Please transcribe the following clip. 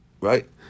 right